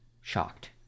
Shocked